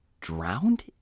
drowned